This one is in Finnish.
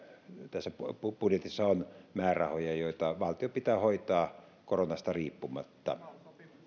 tässä budjetissa on määrärahoja joita valtion pitää hoitaa koronasta riippumatta